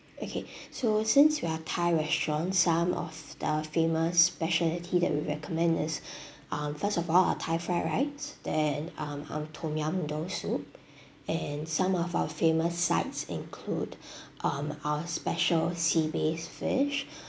okay so since we are thai restaurant some of the famous speciality that we recommend is um first of all our thai fried rice then um um tom yum noodle soup and some of our famous sides include um our special sea bass fish